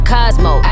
Cosmo